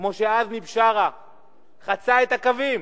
כמו שעזמי בשארה חצה את הקווים,